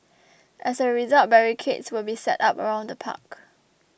as a result barricades will be set up around the park